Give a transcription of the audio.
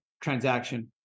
transaction